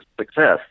success